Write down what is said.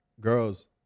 girls